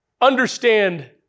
understand